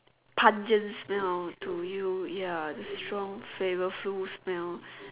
pungent smell to you ya the strong flavourful smell